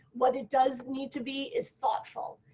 what it does need to be as thoughtful.